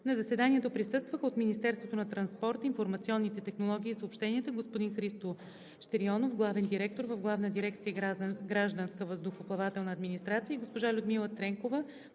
На заседанието присъстваха от Министерството на транспорта, информационните технологии и съобщенията: господин Христо Щерионов – главен директор в Главна дирекция „Гражданска въздухоплавателна администрация“, и госпожа Людмила Тренкова